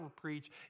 preach